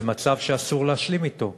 זה מצב שאסור להשלים אתו,